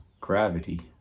gravity